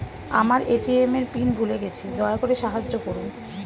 আমার এ.টি.এম এর পিন ভুলে গেছি, দয়া করে সাহায্য করুন